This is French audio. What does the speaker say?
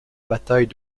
bataille